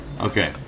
Okay